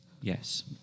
yes